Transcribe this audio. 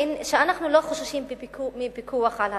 שאנחנו לא חוששים מפיקוח על התכנים.